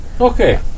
Okay